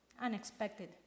Unexpected